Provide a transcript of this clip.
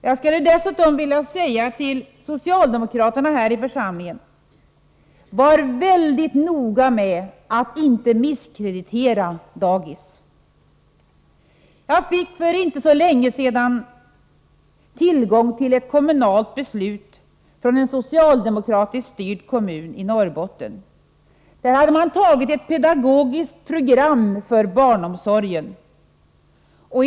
Jag skulle dessutom vilja säga till socialdemokraterna här i församlingen: Var noga med att inte misskreditera dagis! Jag fick för inte så länge sedan tillgång till ett kommunalt beslut från en socialdemokratiskt styrd kommun i Norrbotten. Där hade man antagit ett pedagogiskt program för barnomsorgen.